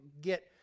get